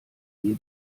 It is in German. ihr